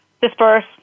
disperse